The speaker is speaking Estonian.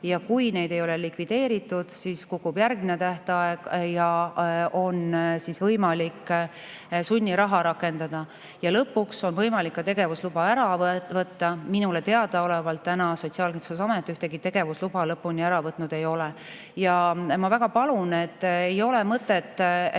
Ja kui neid ei ole likvideeritud, siis kukub järgmine tähtaeg ja on võimalik sunniraha rakendada ja lõpuks on võimalik ka tegevusluba ära võtta. Minule teadaolevalt seni Sotsiaalkindlustusamet ühtegi tegevusluba lõplikult ära võtnud ei ole. Ja ma väga palun, et ei ole mõtet